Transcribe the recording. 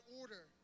order